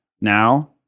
now